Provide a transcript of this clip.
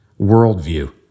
worldview